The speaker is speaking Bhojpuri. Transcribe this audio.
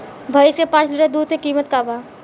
भईस के पांच लीटर दुध के कीमत का बा?